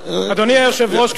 אדוני היושב-ראש,